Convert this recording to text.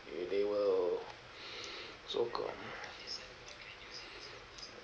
they they will so called